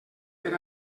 per